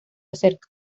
cerca